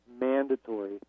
mandatory